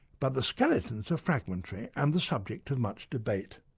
but the skeletons are fragmentary and the subject of much debate.